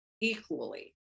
equally